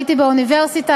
הייתי באוניברסיטה,